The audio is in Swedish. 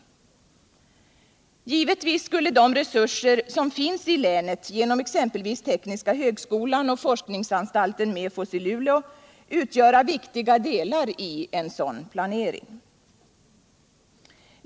Givetvis skulle de resurser som finns i länet genom exempelvis tekniska högskolan och forskningsanstalten Mefos i Luleå utgöra viktiga delar i en sådan planering.